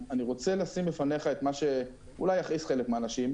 אני רוצה לשים בפניך את מה שאולי יכעיס חלק מהאנשים,